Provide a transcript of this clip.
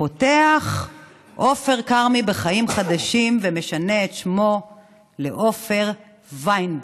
פותח עופר כרמי בחיים חדשים ומשנה את שמו לעופר ויינברג,